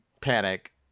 panic